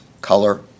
color